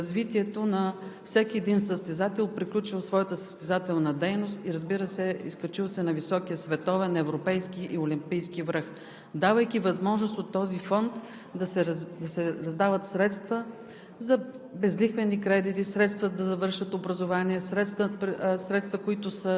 чиято цел е именно да подпомогне по най-различни направления развитието на всеки един състезател, приключил своята състезателна дейност, и, разбира се, изкачил се на високия световен, европейски и олимпийски връх, давайки възможност от този фонд да се раздават средства